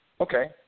okay